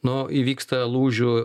nu įvyksta lūžių